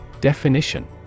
Definition